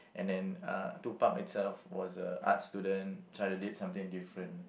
and then uh Tupac itself was a art student tried to do something different